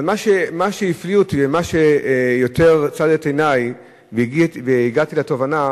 אבל מה שהפליא אותי ומה שצד יותר את עיני והגעתי לתובנה: